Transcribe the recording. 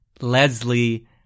Leslie